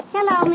Hello